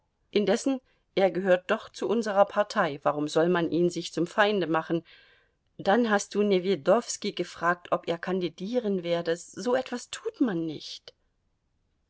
indessen er gehört doch zu unserer partei warum soll man ihn sich zum feinde machen dann hast du newjedowski gefragt ob er kandidieren werde so etwas tut man nicht